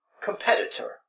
competitor